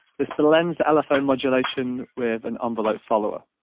this blends the lfo modulation with an envelope follower.